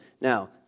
Now